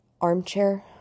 armchair